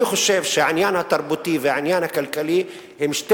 אני חושב שהעניין התרבותי והעניין הכלכלי הם שני